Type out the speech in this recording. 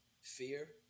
fear